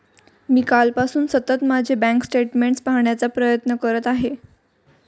मी कालपासून सतत माझे बँक स्टेटमेंट्स पाहण्याचा प्रयत्न करत आहे